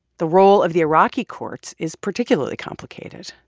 the role of the iraqi courts is particularly complicated.